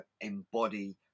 embody